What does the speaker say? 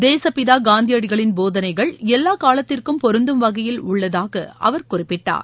தேசுப்பிதா காந்தியடிகளின் போதனைகள் எல்லா காலத்திற்கும் பொருந்தும் வகையில் உள்ளதாக அவர் குறிப்பிட்டார்